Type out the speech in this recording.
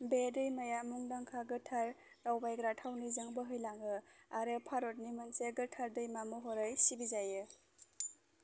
बे दैमाया मुंदांखा गोथार दावबायग्रा थावनिजों बोहैलाङो आरो भारतनि मोनसे गोथार दैमा महरै सिबिजायो